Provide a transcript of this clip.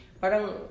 Parang